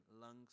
lungs